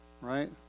Right